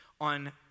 on